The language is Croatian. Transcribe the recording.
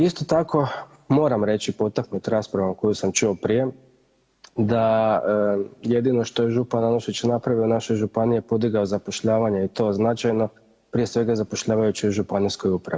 Isto tako moram reći potaknut raspravom koju sam čuo prije da jedino što je župan Anušić napravio u našoj županiji je podigao zapošljavanje i to značajno prije svega zapošljavajući u županijskoj upravi.